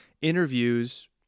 interviews